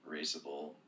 raceable